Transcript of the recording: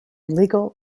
legal